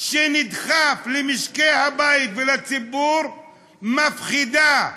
שנדחף למשקי הבית ולציבור מפחידה,